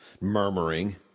murmuring